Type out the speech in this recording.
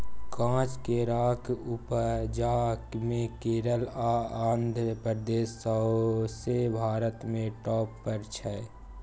काँच केराक उपजा मे केरल आ आंध्र प्रदेश सौंसे भारत मे टाँप पर छै